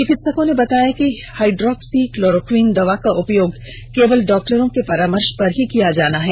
चिकित्सकों ने बताया कि हाइड्रोक्सीक्लोरोक्वीन दवा का उपयोग केवल डॉक्टरों के परामर्ष पर ही किया जाना है